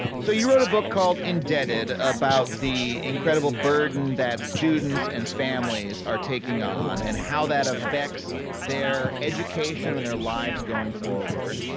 so, you wrote a book called indebted about the incredible burden that students and families are taking on, and how that affects their education and their lives going forward.